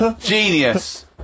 Genius